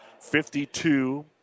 52